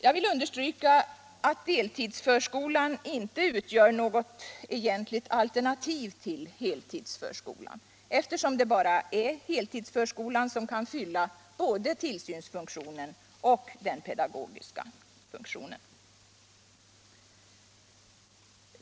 Jag vill understryka att deltidsförskolan inte utgör något egentligt alternativ till heltidsförskolan, eftersom det bara är heltidsförskolan som kan fylla både tillsynsfunktionen och den pedagogiska funktionen.